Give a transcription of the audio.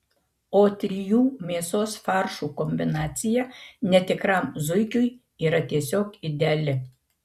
o trijų mėsos faršų kombinacija netikram zuikiui yra tiesiog ideali